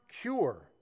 cure